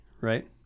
right